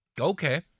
Okay